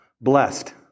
blessed